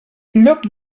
llop